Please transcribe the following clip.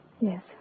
Yes